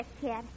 kid